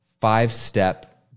five-step